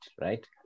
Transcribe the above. right